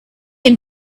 him